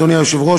אדוני היושב-ראש,